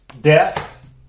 Death